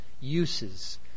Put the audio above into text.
uses